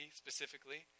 specifically